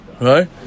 Right